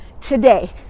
today